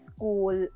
School